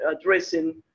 addressing